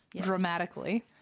dramatically